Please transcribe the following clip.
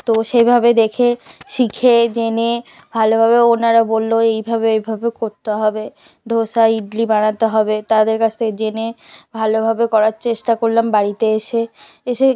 তো সেভাবে দেখে শিখে জেনে ভালোভাবে ওনারা বলল এইভাবে এইভাবে করতে হবে ধোসা ইডলি বানাতে হবে তাদের কাছ থেকে জেনে ভালোভাবে করার চেষ্টা করলাম বাড়িতে এসে এসে